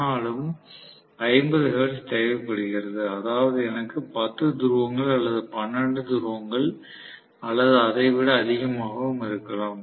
ஆனாலும் 50 ஹெர்ட்ஸ் தேவைப்படுகிறது அதாவது எனக்கு 10 துருவங்கள் அல்லது 12 துருவங்கள் அல்லது அதை விட அதிகமாகவும் இருக்கலாம்